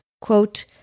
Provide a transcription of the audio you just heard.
Quote